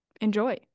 enjoy